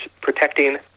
protecting